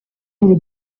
bull